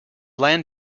land